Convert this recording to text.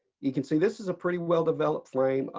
you can see this is a pretty well-developed frame,